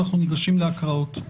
ואנחנו ניגשים להקראות.